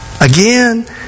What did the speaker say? Again